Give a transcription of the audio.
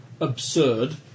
absurd